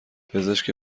پزشک